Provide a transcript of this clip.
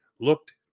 looked